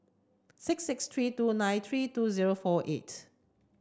six six three two nine three two zero four eight